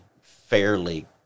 fairly